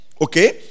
okay